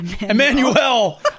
Emmanuel